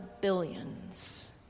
billions